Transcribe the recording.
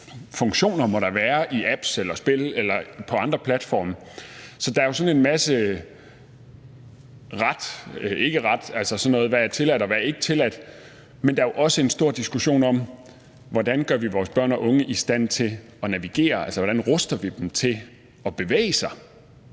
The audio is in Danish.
funktioner der må være i apps eller spil eller på andre platforme. Så der er jo en masse retsligt i det: Hvad er tilladt, og hvad er ikke tilladt? Men der er jo også en stor diskussion om, hvordan vi gør vores børn og unge i stand til at navigere, altså hvordan vi ruster dem til at bevæge sig